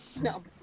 No